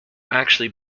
actually